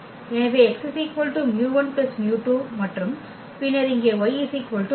எனவே x μ1 μ2 மற்றும் பின்னர் இங்கே y μ2